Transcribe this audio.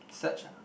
search ah